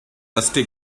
rusty